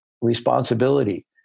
responsibility